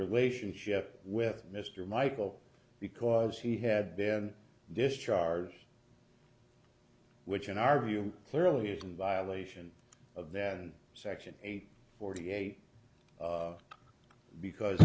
relationship with mr michael because he had been discharged which in our view clearly isn't violation of that section eight forty eight because